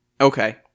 Okay